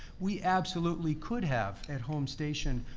we absolutely could have, at home station,